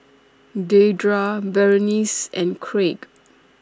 Dedra Berenice and Craig